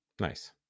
Nice